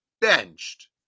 benched